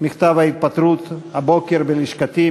מכתב ההתפטרות הבוקר בלשכתי,